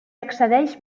accedeix